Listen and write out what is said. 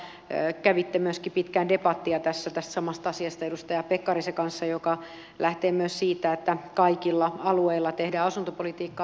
tätä kautta kävitte myöskin pitkään debattia tässä tästä samasta asiasta edustaja pekkarisen kanssa joka lähtee myös siitä että kaikilla alueilla tehdään asuntopolitiikkaa